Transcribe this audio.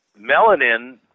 melanin